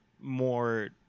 more